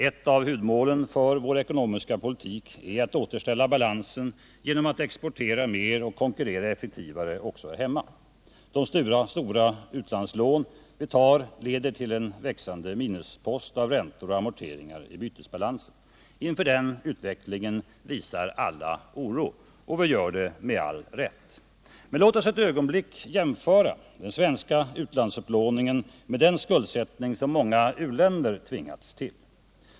Ett av huvudmålen för vår ekonomiska politik är att återställa balansen genom att exportera mer och konkurrera effektivare också här hemma. De stora utlandslån vi tar leder till en växande minuspost av räntor och amorteringar i bytesbalansen. Inför den utvecklingen visar alla oro, och det med all rätt. Men låt oss ett ögonblick jämföra den svenska utlandsupplåningen med den skuldsättning som många u-länder tvingats till.